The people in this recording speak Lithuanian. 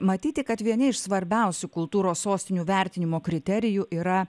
matyti kad vieni iš svarbiausių kultūros sostinių vertinimo kriterijų yra